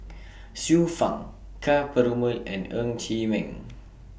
Xiu Fang Ka Perumal and Ng Chee Meng